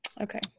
Okay